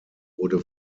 wurde